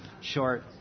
short